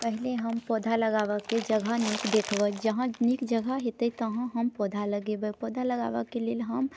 पहले हम पौधा लगाबऽके जगह नीक देखबै जहाँ नीक जगह होयतै तहाँ हम पौधा लगेबै पौधा लगाबऽके लेल हम